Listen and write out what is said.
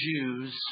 Jews